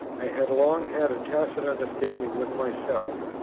i had long had a tacit understanding with myself,